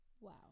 Wow